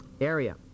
area